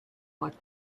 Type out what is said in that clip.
like